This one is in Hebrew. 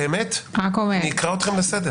אני אקרא אתכם לסדר,